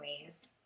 ways